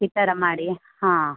ಈ ಥರ ಮಾಡಿ ಹಾಂ